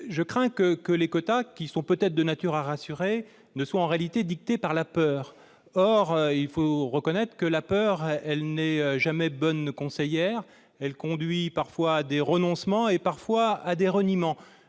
Je crains que les quotas, qui sont peut-être de nature à rassurer, ne soient, en réalité, dictés par la peur. Or il faut reconnaître que la peur n'est jamais bonne conseillère. Elle conduit parfois à des renoncements et parfois à des reniements.